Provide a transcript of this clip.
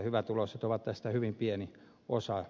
hyvätuloiset ovat tästä hyvin pieni osa